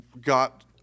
got